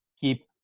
keep